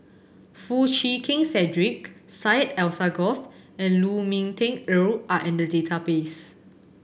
Foo Chee Keng Cedric Syed Alsagoff and Lu Ming Teh Earl are in the database